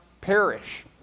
perish